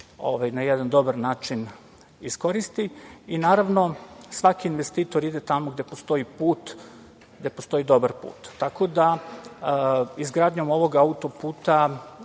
na jedan dobar način iskoristi. Svaki investitor ide tamo gde postoji put, dobar put. Tako da izgradnjom ovoga auto-puta